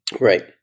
Right